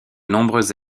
nombreuses